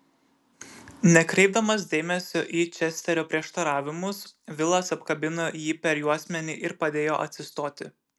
nekreipdamas dėmesio į česterio prieštaravimus vilas apkabino jį per juosmenį ir padėjo atsistoti